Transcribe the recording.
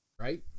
Right